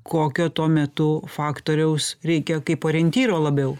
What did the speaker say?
kokio tuo metu faktoriaus reikia kaip orientyro labiau